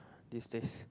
this taste